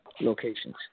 locations